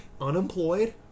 Unemployed